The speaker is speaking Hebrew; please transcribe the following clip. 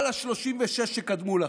כל ה-36 שקדמו לכם,